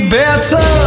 better